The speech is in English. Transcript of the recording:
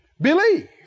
believe